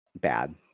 bad